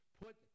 put